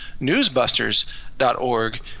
newsbusters.org